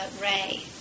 ray